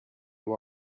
you